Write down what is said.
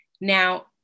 Now